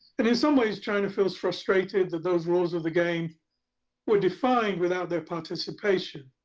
and, in some ways, china feels frustrated that those rules of the game were defined without their participation.